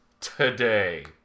today